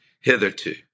Hitherto